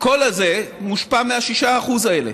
כל זה מושפע מה-6% האלה.